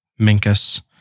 Minkus